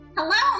Hello